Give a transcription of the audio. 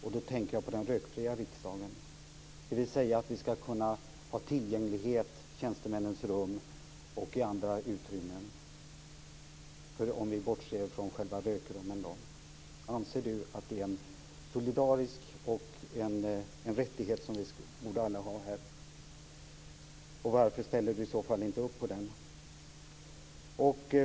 Jag tänker då på den rökfria riksdagen, dvs. att vi skall kunna ha tillgänglighet till tjänstemännens rum och andra utrymmen, bortsett från själva rökrummen. Anser Göran Magnusson att det är solidariskt och att det är en rättighet som vi alla här borde ha? Varför ställer Göran Magnusson i så fall inte upp på den?